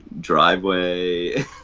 driveway